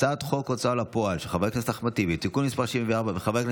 הצעת חוק הוצאה לפועל (תיקון מס' 74),